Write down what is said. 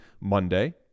monday